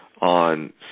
on